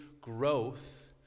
growth